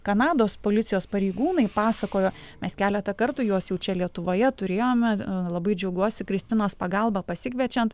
kanados policijos pareigūnai pasakojo mes keletą kartų juos jau čia lietuvoje turėjome labai džiaugiuosi kristinos pagalba pasikviečiant